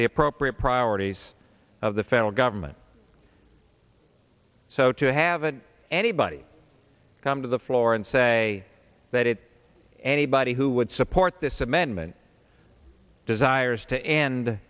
the appropriate priorities of the federal government so to have an anybody come to the floor and say that it anybody who would support this amendment desires to end